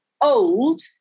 old